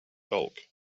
bulk